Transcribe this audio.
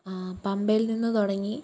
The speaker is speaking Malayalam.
പമ്പയിൽ നിന്ന് തുടങ്ങി